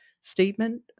statement